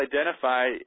identify